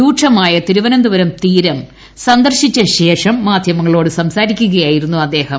രൂക്ഷമായ തിരുവനന്തപുരം തീരം സന്ദർശിച്ചു ശേഷം മാധ്യമങ്ങളോട് സംസാരിക്കുകയായിരുന്നു അദ്ദേഹം